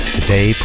Today